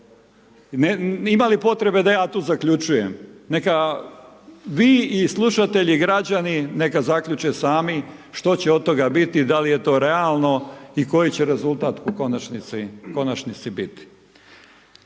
Imali potrebe da ja tu zaključujem? Neka vi i slušatelji građani neka zaključe sami što će od toga biti, da li je to realno i koji će rezultat u konačnici biti.